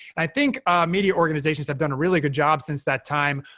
i think media organizations have done a really good job, since that time,